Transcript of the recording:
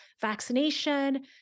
vaccination